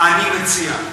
אני מציע,